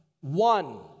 one